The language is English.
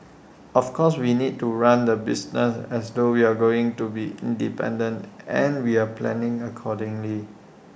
of course we need to run the business as though we're going to be independent and we're planning accordingly